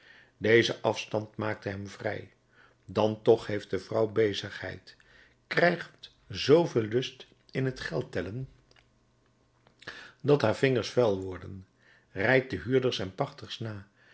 deze afstand maakt hem vrij dan toch heeft de vrouw bezigheid krijgt zooveel lust in t geld tellen dat haar vingers vuil worden rijdt de huurders en pachters na